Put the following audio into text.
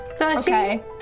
Okay